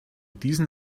diesen